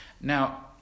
Now